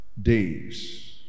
Days